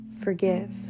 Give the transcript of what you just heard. forgive